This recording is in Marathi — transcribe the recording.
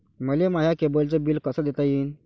मले माया केबलचं बिल कस देता येईन?